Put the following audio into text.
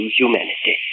humanity